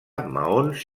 maons